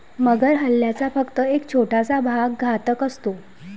मगर हल्ल्याचा फक्त एक छोटासा भाग घातक असतो